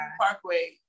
parkway